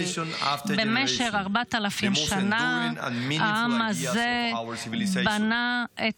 מארבעת אלפים שנה העם הזה בנה,